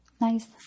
nice